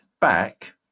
back